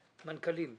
מנכ"לים.